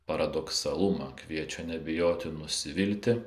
paradoksalumą kviečia nebijoti nusivilti